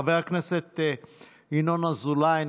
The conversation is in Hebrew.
חבר הכנסת ינון אזולאי,